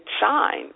shine